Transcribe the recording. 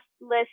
list